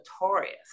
notorious